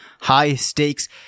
high-stakes